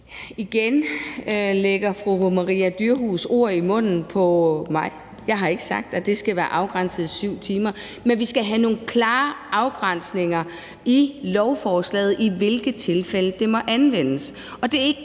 Igen lægger fru Maria Durhuus ord i munden på mig. Jeg har ikke sagt, at det skal være afgrænset til 7 timer. Men vi skal have nogle klare afgrænsninger i lovforslaget for, i hvilke tilfælde det må anvendes.